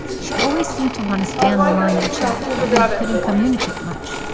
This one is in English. she always seemed to want to stay on the line and chat, but we couldn't communicate much.